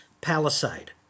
Palisade